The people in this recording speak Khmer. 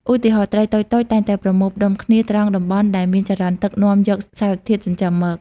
ឧទាហរណ៍ ត្រីតូចៗតែងតែប្រមូលផ្តុំគ្នាត្រង់តំបន់ដែលមានចរន្តទឹកនាំយកសារធាតុចិញ្ចឹមមក។